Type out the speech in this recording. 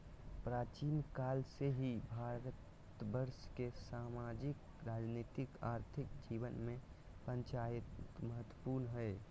प्राचीन काल से ही भारतवर्ष के सामाजिक, राजनीतिक, आर्थिक जीवन में पंचायत महत्वपूर्ण हइ